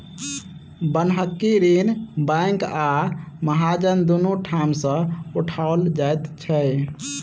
बन्हकी ऋण बैंक आ महाजन दुनू ठाम सॅ उठाओल जाइत छै